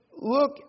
look